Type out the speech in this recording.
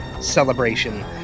celebration